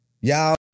Y'all